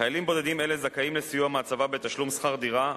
חיילים בודדים אלה זכאים לסיוע מהצבא בתשלום שכר דירה,